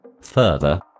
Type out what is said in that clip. Further